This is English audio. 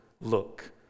look